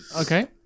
okay